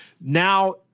now